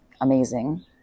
amazing